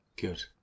Good